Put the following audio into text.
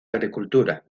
agricultura